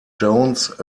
jones